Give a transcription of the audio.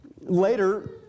later